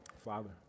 Father